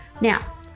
Now